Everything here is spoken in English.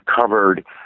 covered